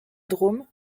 drôme